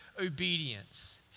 obedience